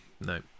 no